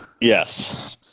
Yes